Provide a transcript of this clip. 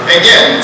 again